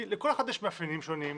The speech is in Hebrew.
כי לכל אחת יש מאפיינים שונים,